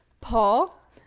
Paul